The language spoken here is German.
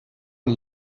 und